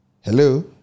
Hello